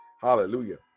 Hallelujah